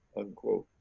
unquote.